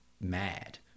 mad